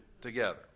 together